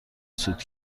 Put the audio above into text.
سود